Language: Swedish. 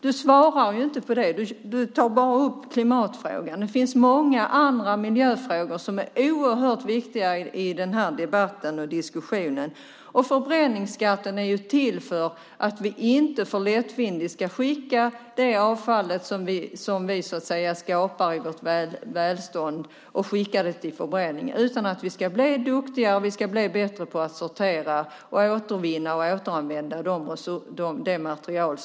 Du svarar inte, du tar bara upp klimatfrågan. Det finns många andra miljöfrågor som är oerhört viktiga i den här diskussionen. Förbränningsskatten är till för att vi inte för lättvindigt ska skicka det avfall som vi skapar med vårt välstånd till förbränning. Vi ska bli duktiga och bättre på att sortera, återvinna och återanvända material.